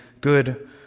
good